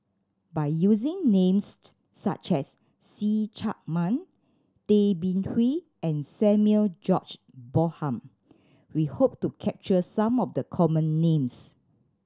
by using names such as See Chak Mun Tay Bin Wee and Samuel George Bonham we hope to capture some of the common names